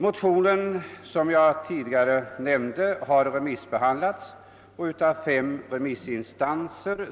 Motionen har remissbehandlats av fem remissinstanser.